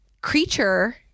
creature